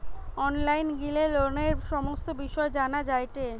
online গিলে লোনের সমস্ত বিষয় জানা যায়টে